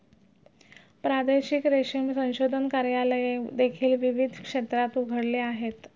प्रादेशिक रेशीम संशोधन कार्यालये देखील विविध क्षेत्रात उघडली आहेत